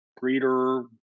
breeder